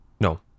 No